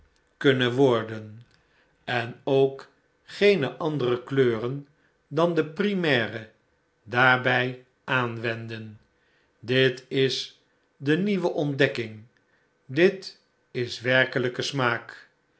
kunnen worden en ook geene andere kleuren dan de primaire daarbij aanwenden dit is de nieuwe ontdekking dit is werkelijke smaak